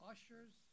Ushers